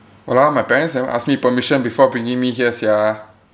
!walao! my parents never ask me permission before bringing me here sia